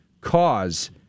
cause